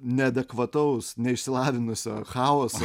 neadekvataus neišsilavinusio chaoso